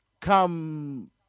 come